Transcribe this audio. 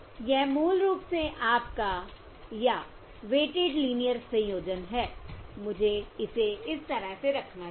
यह मूल रूप से आपका या वेटिड लीनियर संयोजन है मुझे इसे इस तरह से रखना चाहिए